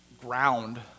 ground